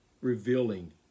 Revealing